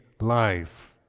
life